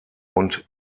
und